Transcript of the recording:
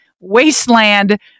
wasteland